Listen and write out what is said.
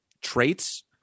traits